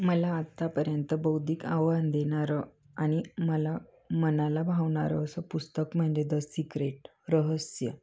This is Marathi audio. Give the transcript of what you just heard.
मला आत्तापर्यंत बौद्धिक आव्हान देणारं आणि मला मनाला भावणारं असं पुस्तक म्हणजे द सिक्रेट रहस्य